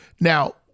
Now